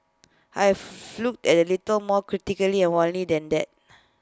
I've looked at A little more critically and warily than that